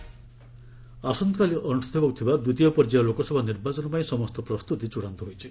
LS elections ଆସନ୍ତାକାଲି ଅନୁଷ୍ଠିତ ହେବାକୁ ଥିବା ଦ୍ୱିତୀୟ ପର୍ଯ୍ୟାୟ ଲୋକସଭା ନିର୍ବାଚନ ପାଇଁ ସମସ୍ତ ପ୍ରସ୍ତୁତି ଚୂଡ଼ାନ୍ତ ହୋଇଛି